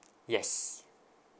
yes